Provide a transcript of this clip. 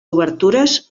obertures